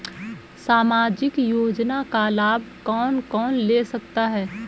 सामाजिक योजना का लाभ कौन कौन ले सकता है?